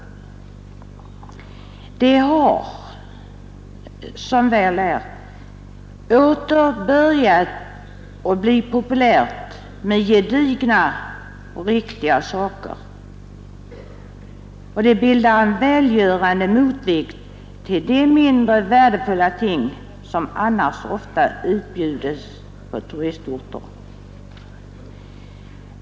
Det har, som väl är, åter börjat bli populärt med gedigna och riktiga saker. De bildar en välgörande motvikt till de mindre värdefulla ting som annars ofta utbjudes på turistorter.